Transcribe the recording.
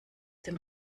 dem